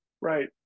Right